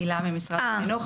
הילה ממשרד החינוך,